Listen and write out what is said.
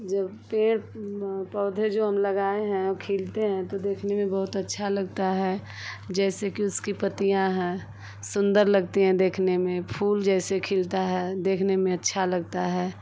जो पेड़ पौधे जो हम लगाए हैं खिलते हैं तो देखने में बहुत अच्छा लगता है जैसे कि उसकी पत्तियाँ हैं सुन्दर लगती हैं देखने में फूल जैसे खिलता है देखने में अच्छा लगता है